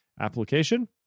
application